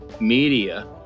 media